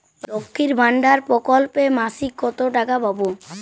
লক্ষ্মীর ভান্ডার প্রকল্পে মাসিক কত টাকা পাব?